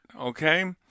okay